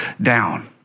down